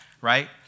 right